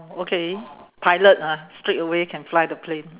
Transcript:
okay pilot ha straightaway can fly the plane